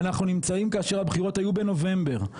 אנחנו נמצאים כאשר הבחירות היו בנובמבר,